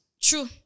True